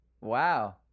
Wow